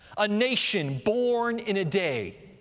a nation born in a day,